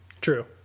True